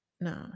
No